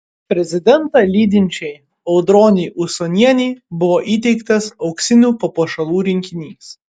prezidentą lydinčiai audronei usonienei buvo įteiktas auksinių papuošalų rinkinys